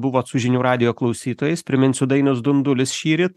buvot su žinių radijo klausytojais priminsiu dainius dundulis šįryt